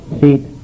seat